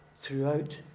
throughout